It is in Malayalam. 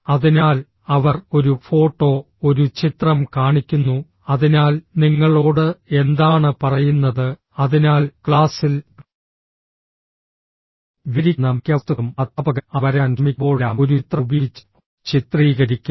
അതിനാൽ അവർ ഒരു ഫോട്ടോ ഒരു ചിത്രം കാണിക്കുന്നു അതിനാൽ നിങ്ങളോട് എന്താണ് പറയുന്നത് അതിനാൽ ക്ലാസ്സിൽ വിവരിക്കുന്ന മിക്ക വസ്തുക്കളും അധ്യാപകൻ അത് വരയ്ക്കാൻ ശ്രമിക്കുമ്പോഴെല്ലാം ഒരു ചിത്രം ഉപയോഗിച്ച് ചിത്രീകരിക്കുന്നു